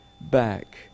back